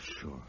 sure